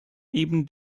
eben